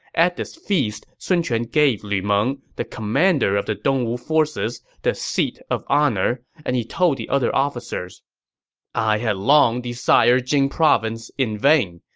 at this feast, sun quan gave lu meng, the commander of the dongwu forces, the seat of honor, and he told the other officers i had long desired jing province in vain,